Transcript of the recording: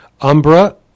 Umbra